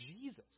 Jesus